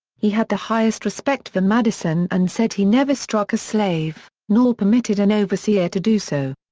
he had the highest respect for madison and said he never struck a slave, nor permitted an overseer to do so.